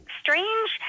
strange